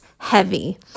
heavy